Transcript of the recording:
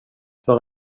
för